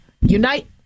unite